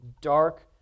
dark